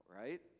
right